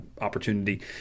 opportunity